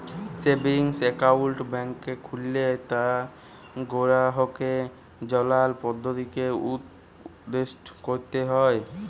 savings account ব্যাংকে খুললে তার গেরাহককে জালার পদধতিকে উপদেসট ক্যরতে হ্যয়